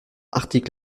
articles